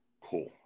Cool